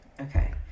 okay